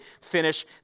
finish